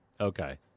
Okay